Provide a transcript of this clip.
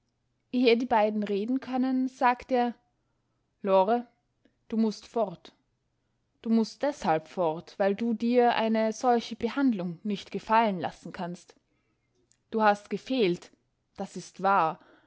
ehe die beiden reden können sagt er lore du mußt fort du mußt deshalb fort weil du dir eine solche behandlung nicht gefallen lassen kannst du hast gefehlt das is wahr